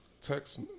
Text